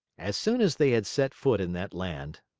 as soon as they had set foot in that land,